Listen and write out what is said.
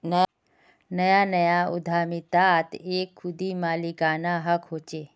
नया नया उद्दमितात एक खुदी मालिकाना हक़ होचे